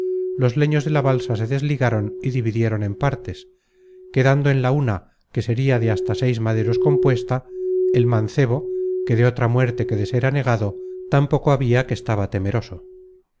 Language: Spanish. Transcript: los leños de la balsa se desligaron y dividieron en partes quedando en la una que sería de hasta seis maderos compuesta el mancebo que de otra muerte que de ser anegado tan poco habia que estaba temeroso